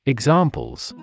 Examples